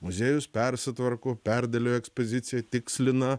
muziejus persitvarko perdėlioja ekspoziciją tikslina